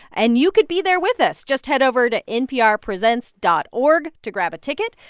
and you could be there with us. just head over to nprpresents dot org to grab a ticket.